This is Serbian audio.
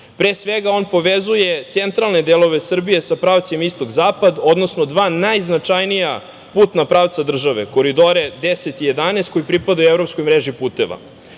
Pre svega, on povezuje centralne delove Srbije sa pravcima istok i zapad, odnosno dva najznačajnija putna pravca države, koridore 10 i 11, koji pripadaju evropskoj mreži puteva.Za